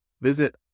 Visit